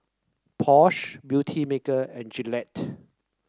Porsche Beautymaker and Gillette